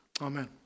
Amen